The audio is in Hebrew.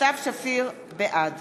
בעד